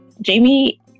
Jamie